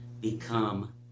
become